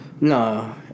No